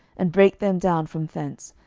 and brake them down from thence,